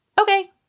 okay